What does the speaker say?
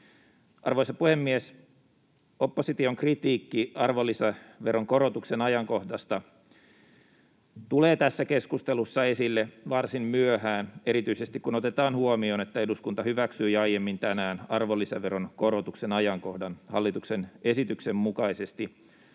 Arvoisa puhemies! Opposition kritiikki arvonlisäveron korotuksen ajankohdasta tulee tässä keskustelussa esille varsin myöhään, erityisesti, kun otetaan huomioon, että eduskunta hyväksyi aiemmin tänään arvonlisäveron korotuksen ajankohdan hallituksen esityksen mukaisesti,